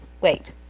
wait